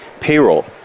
payroll